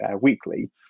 weekly